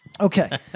Okay